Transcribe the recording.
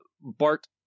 Bart